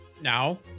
Now